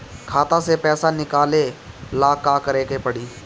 खाता से पैसा निकाले ला का करे के पड़ी?